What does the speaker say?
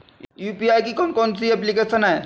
UPI की कौन कौन सी एप्लिकेशन हैं?